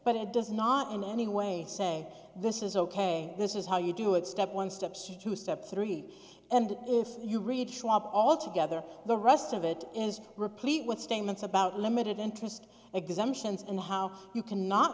but it does not in any way say this is ok this is how you do it step one steps you two step three and if you read schwab all together the rest of it is replete with statements about limited interest exemptions and how you cannot